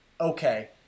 okay